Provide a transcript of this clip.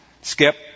Skip